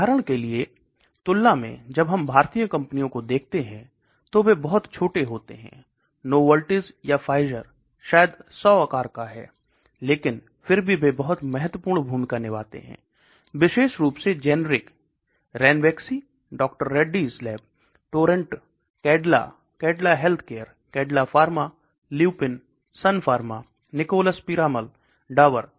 उदाहरण के लिए तुलना में जब हम भारतीय कंपनियों को देखते हैं तो वे बहुत छोटे होते हैं नोवार्टिस या फाइजर शायद 100 आकार का है लेकिन फिर भी वे बहुत महत्वपूर्ण भूमिका निभाते हैं विशेष रूप से generic Ranbaxy Dr Reddy's lab Torrent Cadila Cadila healthcare Cadila pharma Lupin Sun pharma Nicholas Piramal Dabur